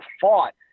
fought